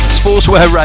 sportswear